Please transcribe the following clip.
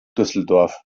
düsseldorf